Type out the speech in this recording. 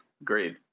agreed